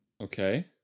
okay